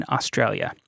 Australia